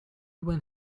when